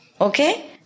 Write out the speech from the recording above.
okay